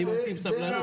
אני ממתין בסבלנות,